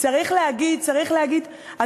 צריך להגיד, אולי זה משקיעים.